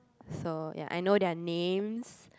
so ya I know their names